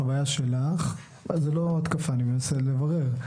בחוויה שלך, אז לא התקפה, אני מנסה לברר.